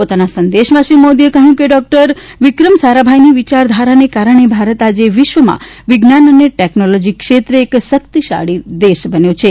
પોતાના સંદેશમાં શ્રી મોદીએ કહ્યું કે ડોક્ટર વિક્રમ સારાભાઇની વિચારધારાને કારણે ભારત આજે વિશ્વમાં વિજ્ઞાન અને ટેકનોલોજી ક્ષેત્રે એક શક્તિશાળી દેશ બન્યો છે